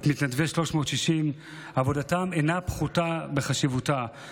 את מתנדבי 360. עבודתם אינה פחותה בחשיבותה,